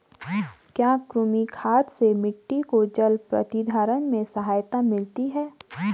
क्या कृमि खाद से मिट्टी को जल प्रतिधारण में सहायता मिलती है?